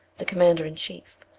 the commander in chief,